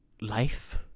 Life